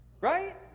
right